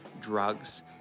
drugs